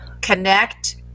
connect